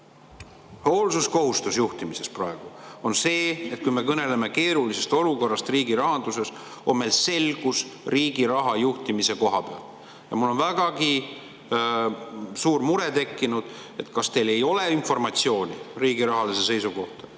hoolsuskohustus juhtimises praegu on see, et kui me kõneleme keerulisest olukorrast riigi rahanduses, siis on meil riigi raha juhtimise koha pealt selgus olemas. Mul on vägagi suur mure tekkinud, et kas teil ei ole informatsiooni riigi rahalise seisu kohta